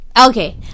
Okay